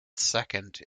second